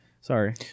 Sorry